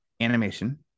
animation